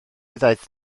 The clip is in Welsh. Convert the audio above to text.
ddaeth